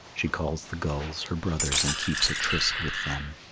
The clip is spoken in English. she calls the gulls her brothers and keeps a tryst with them.